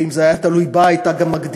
ואם זה היה תלוי בה היא גם הייתה מגדילה,